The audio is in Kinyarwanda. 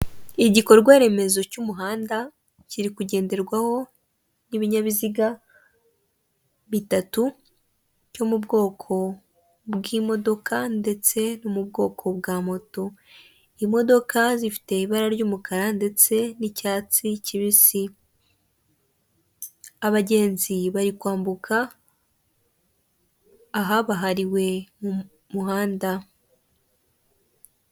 Igikorwa remezo cy'umuhanda kiri kugenderwaho n'ibinyabiziga bitatu byo mu bwoko bw'imodoka ndetse no mu bwoko bwa moto. Imodoka zifite ibara ry'umukara ndetse n'icyatsi kibisi. Abagenzi bari kwambuka ahabahariwe mu muhanda.